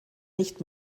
nicht